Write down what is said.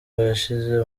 barashize